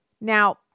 Now